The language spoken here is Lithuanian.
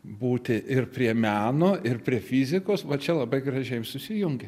būti ir prie meno ir prie fizikos va čia labai gražiai susijungė